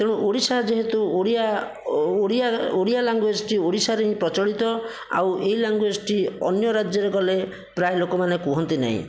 ତେଣୁ ଓଡ଼ିଶା ଯେହେତୁ ଓଡ଼ିଆ ଓଡ଼ିଆ ଓଡ଼ିଆ ଲାଙ୍ଗୁଏଜଟି ଓଡ଼ିଶାରେ ହିଁ ପ୍ରଚଳିତ ଆଉ ଏଇ ଲାଙ୍ଗୁଏଜଟି ଅନ୍ୟ ରାଜ୍ୟରେ ଗଲେ ପ୍ରାୟ ଲୋକମାନେ କୁହନ୍ତି ନାହିଁ